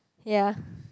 ya